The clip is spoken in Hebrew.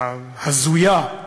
וההזויה,